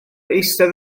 eistedd